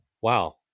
wow